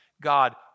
God